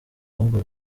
ahubwo